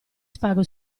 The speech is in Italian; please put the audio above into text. spago